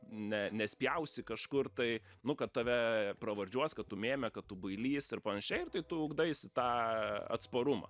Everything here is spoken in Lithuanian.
ne nespjausi kažkur tai nu kad tave pravardžiuos kad tu mėmė kad tu bailys ir panašiai ir tai tu ugdais tą atsparumą